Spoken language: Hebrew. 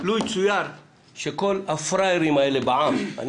לו יצויר שכל הפראיירים האלה בע"מ אני